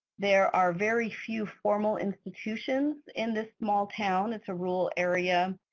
there are very few formal institutions in this small town. it's a rural area.